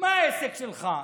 מה זה העסק שלך?